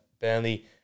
Burnley